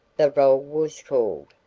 the roll was called,